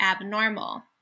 abnormal